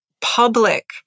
public